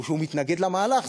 שהוא מתנגד למהלך,